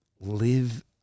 live